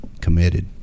committed